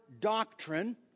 doctrine